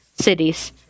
cities